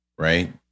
Right